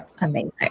amazing